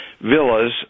villas